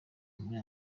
muri